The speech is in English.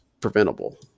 preventable